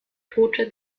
tote